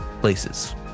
places